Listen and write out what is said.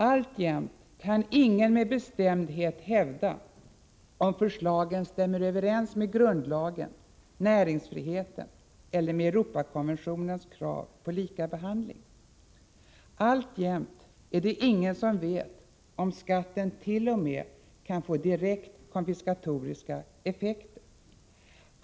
Alltjämt kan ingen med bestämdhet hävda om förslagen stämmer överens med grundlagen, näringsfriheten eller Europakonventionens krav på likabehandling. Alltjämt är det ingen som vet om skatten t.o.m. kan få direkt konfiskatoriska effekter.